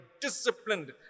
disciplined